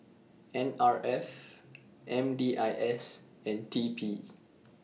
N R F M D I S and T P